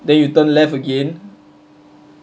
then you turn left again